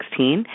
2016